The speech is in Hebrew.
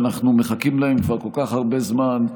שאנחנו מחכים להם כבר כל כך הרבה זמן,